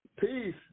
Peace